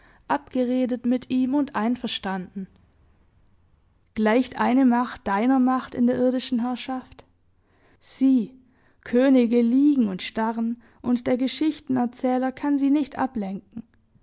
abgeredet mit ihm und einverstanden gleicht eine macht deiner macht in der irdischen herrschaft sieh könige liegen und starren und der geschichtenerzähler kann sie nicht ablenken